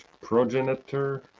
progenitor